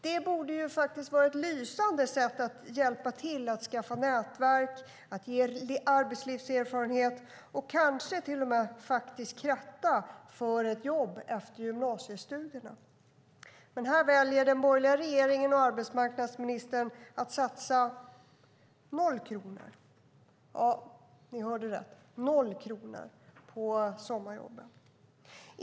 Det borde vara ett lysande sätt att hjälpa till att skaffa nätverk, ge arbetslivserfarenhet och kanske till och med kratta för ett jobb efter gymnasiestudierna. Men här väljer den borgerliga regeringen och arbetsmarknadsministern att satsa noll kronor - ja, ni hörde rätt: noll kronor - på sommarjobben.